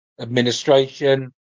administration